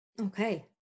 okay